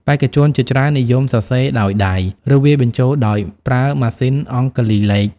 បេក្ខជនជាច្រើននិយមសរសេរដោយដៃ ឬវាយបញ្ចូលដោយប្រើម៉ាស៊ីនអង្គុលីលេខ។